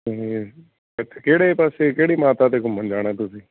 ਤੇ ਕਿਹੜੇ ਪਾਸੇ ਕਿਹੜੀ ਮਾਤਾ ਤੇ ਘੁੰਮਣ ਜਾਣਾ ਤੁਸੀਂ